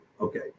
Okay